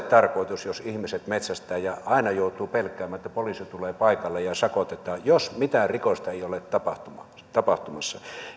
tarkoitus jos ihmiset metsästävät että aina joutuu pelkäämään että poliisi tulee paikalle ja sakotetaan jos mitään rikosta ei ole tapahtumassa tapahtumassa